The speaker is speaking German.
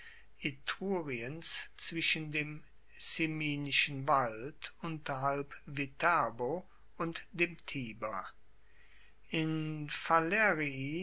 etruriens zwischen dem ciminischen wald unterhalb viterbo und dem tiber in